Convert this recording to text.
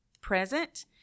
present